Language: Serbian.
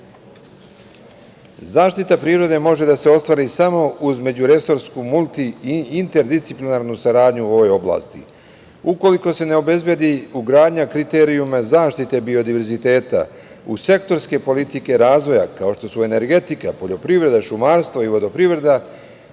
Srbije.Zaštita prirode može da se ostvari samo uz međuresorsku multi i interdisciplinarnu saradnju u ovoj oblasti. Ukoliko se ne obezbedi ugradnja kriterijuma zaštite biodiverziteta u sektorske politike razvoja, kao što su energetika, poljoprivreda, šumarstvo i vodoprivreda,